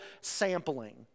sampling